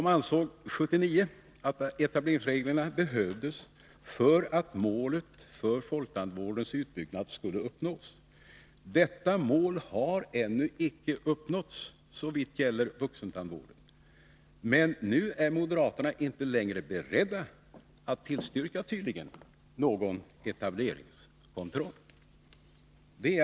De ansåg 1979 att etableringsreglerna behövdes för att målet för folktandvårdens utbyggnad skulle nås. Detta mål har ännu icke nåtts såvitt gäller vuxentandvården. Men nu är tydligen moderaterna inte längre beredda att tillstyrka någon etableringskontroll.